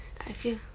I feel